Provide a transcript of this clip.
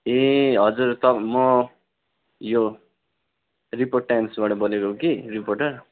ए हजुर म यो रिपोर्ट टाइम्सबाट बोलेको कि रिपोर्टर